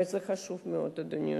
וזה חשוב מאוד, אדוני היושב-ראש.